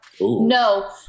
no